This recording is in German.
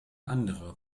anderer